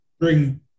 bring